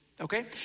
Okay